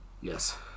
Yes